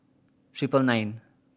triple nine